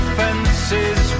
fences